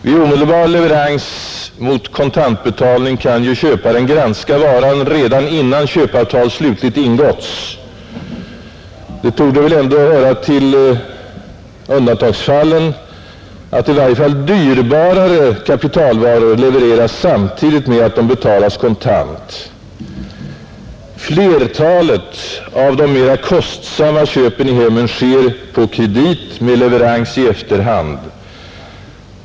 Vid omedelbar leverans mot kontantbetalning kan ju köparen granska varan redan innan köpeavtal slutligt ingåtts. Det torde väl ändå höra till undantagsfallen att i varje fall dyrbarare kapitalvaror levereras samtidigt med att de betalas kontant. Flertalet av de mera kostsamma köpen i hemmen sker på kredit med leverans i efterhand.